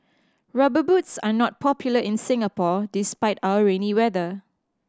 Rubber Boots are not popular in Singapore despite our rainy weather